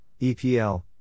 EPL